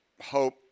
hope